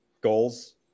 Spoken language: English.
goals